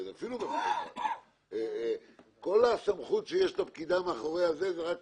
כל הסמכות שיש לפקידה מאחורי שפופרת הטלפון זה רק